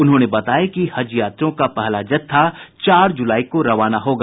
उन्होंने बताया कि हज यात्रियों का पहला जत्था चार जुलाई को रवाना होगा